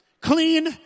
Clean